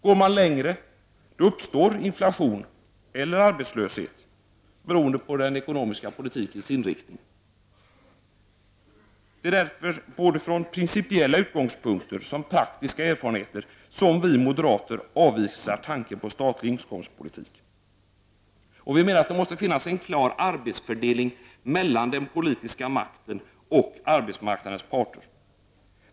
Går man längre uppstår inflation eller arbetslöshet, beroende på den ekonomiska politikens inriktning. Det är därför både från principiella utgångspunkter och från praktiska erfarenheter som vi moderater avvisar tanken på en statlig inkomstpolitik. Vi menar att det måste finnas en klar arbetsfördelning mellan den politiska makten och arbetsmarknadens parter.